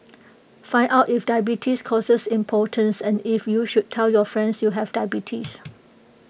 find out if diabetes causes impotence and if you should tell your friends you have diabetes